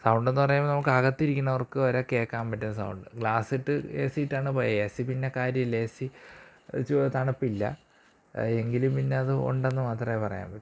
സൗണ്ടെന്ന് പറയുമ്പോള് നമുക്കകത്തിരിക്കുന്നവർക്ക് വരെ കേള്ക്കാൻ പറ്റുന്ന സൗണ്ട് ഗ്ലാസിട്ട് എ സിയിട്ടാണ് പോയ എ സി പിന്നെ കാര്യമില്ല എ സി ചൊവ്വെ തണുപ്പില്ല എങ്കിലും പിന്നെ അത് ഉണ്ടെന്ന് മാത്രമേ പറയാൻ പറ്റു